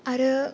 आरो